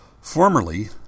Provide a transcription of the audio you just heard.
Formerly